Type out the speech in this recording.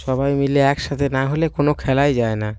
সবাই মিলে একসাথে না হলে কোনো খেলাই যায় না